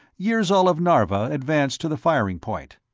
yirzol of narva advanced to the firing point.